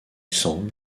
semble